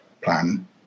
plan